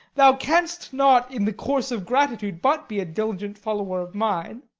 thou canst not, in the course of gratitude, but be a diligent follower of mine.